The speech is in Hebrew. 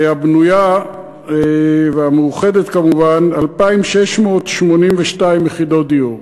הבנויה והמאוחדת כמובן, 2,682 יחידות דיור.